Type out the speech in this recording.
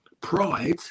Pride